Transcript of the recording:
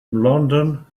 london